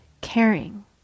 caring